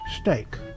steak